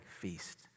feast